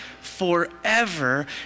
forever